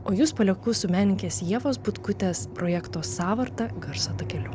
o jus palieku su menininkės ievos butkutės projekto sąvarta garso takeliu